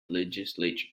legislature